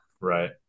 Right